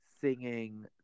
singing